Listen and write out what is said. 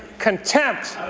contempt,